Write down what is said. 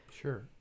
Sure